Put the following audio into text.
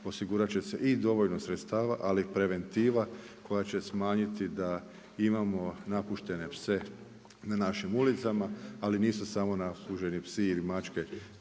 osigurat će se i dovoljno sredstava, ali preventiva koja će smanjiti da imamo napuštene pse na našim ulicama. Ali nisu samo napušteni psi ili mačke